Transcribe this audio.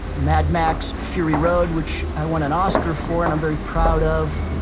mad max fury road, which i won an oscar for and i'm very proud of,